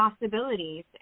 possibilities